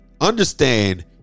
understand